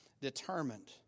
determined